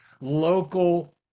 local